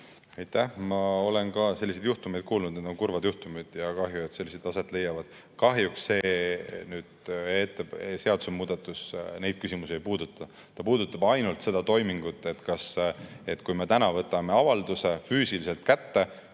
Ma olen ka sellistest juhtumitest kuulnud. Need on kurvad juhtumid ja kahju, et sellised aset leiavad. Kahjuks see seadusemuudatus neid küsimusi ei puuduta. Ta puudutab ainult seda toimingut, et kui me täna võtame avalduse füüsiliselt kätte,